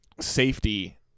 safety